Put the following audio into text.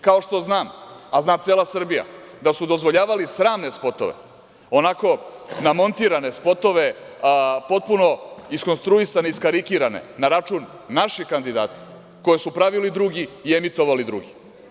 Kao što znam, a zna cela Srbija, da su dozvoljavali sramne spotove, onako namontirane spotove, potpuno iskonstruisane, iskarikirane na račun naših kandidata koje su pravili drugi, emitovali drugi.